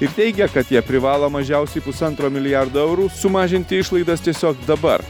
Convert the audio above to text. ir teigia kad jie privalo mažiausiai pusantro milijardo eurų sumažinti išlaidas tiesiog dabar